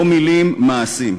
לא מילים, מעשים.